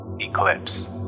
Eclipse